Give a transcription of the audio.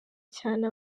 cyane